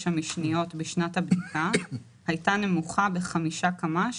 המשניות בשנת הבדיקה הייתה נמוכה ב־5 קמ"ש